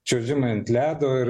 čiuožimai ant ledo ir